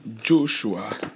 Joshua